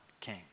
king